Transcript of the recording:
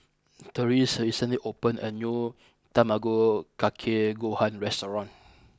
Therese recently opened a new Tamago Kake Gohan restaurant